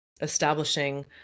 establishing